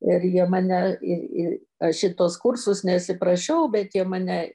ir jie mane į į aš į tuos kursus nesiprašiau bet jie mane